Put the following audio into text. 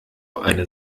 eine